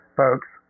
folks